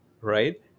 right